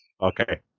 Okay